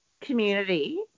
community